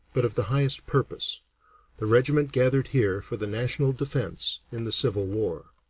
but of the highest purpose the regiment gathered here for the national defence in the civil war.